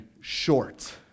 short